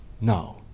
Now